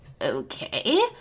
okay